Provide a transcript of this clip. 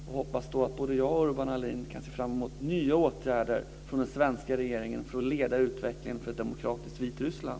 Jag hoppas att både jag och Urban Ahlin kan se fram emot nya åtgärder från den svenska regeringen när det gäller att leda utvecklingen för ett demokratiskt Vitryssland.